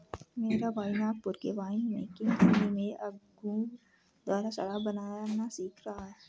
मेरा भाई नागपुर के वाइन मेकिंग कंपनी में अंगूर द्वारा शराब बनाना सीख रहा है